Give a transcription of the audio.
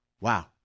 Wow